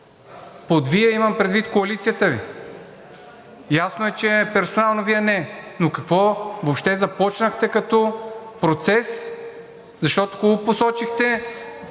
Под Вие имам предвид Коалицията Ви. Ясно е, че персонално Вие – не, но какво въобще започнахте като процес? Хубаво посочихте